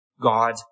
God